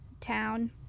town